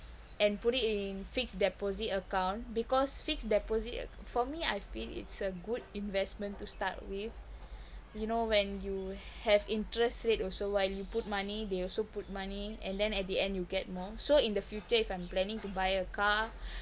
and put it in fixed deposit account because fixed deposit for me I feel it's a good investment to start with you know when you have interest rate also while you put money they also put money and then at the end you get more so in the future if I'm planning to buy a car